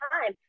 time